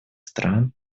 стран